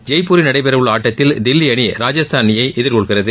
ஜெப்பூரில் நடைபெறவுள்ள ஆட்டத்தில் தில்லி அணி ராஜஸ்தான் அணியை எதிர்கொள்கிறது